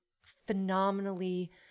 phenomenally